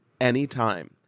anytime